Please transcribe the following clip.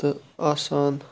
تہٕ آسان